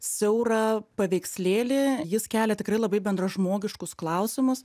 siaurą paveikslėlį jis kelia tikrai labai bendražmogiškus klausimus